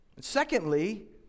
Secondly